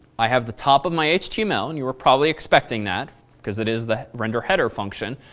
i have the top of my html and you were probably expecting that because it is the renderheader function.